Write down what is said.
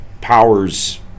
powers